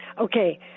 Okay